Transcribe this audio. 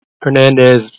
Hernandez